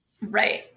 Right